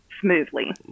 smoothly